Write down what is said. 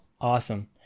Awesome